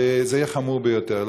זה יהיה חמור ביותר.